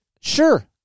Sure